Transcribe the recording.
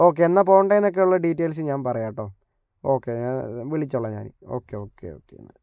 okay എന്നാ പോകണ്ടതെന്നൊക്കെയുള്ള details ഞാൻ പറയാട്ടോ ഓക്കേ ഞാൻ വിളിച്ചോളാം ഞാൻ ഓക്കെ ഓക്കെ ഓക്കെ